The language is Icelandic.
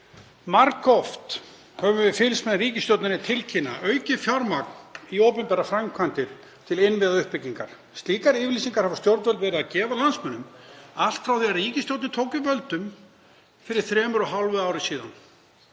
Margoft höfum við fylgst með ríkisstjórninni tilkynna aukið fjármagn í opinberar framkvæmdir til innviðauppbyggingar. Slíkar yfirlýsingar hafa stjórnvöld verið að gefa landsmönnum allt frá því að ríkisstjórnin tók við völdum fyrir þremur og hálfu ári.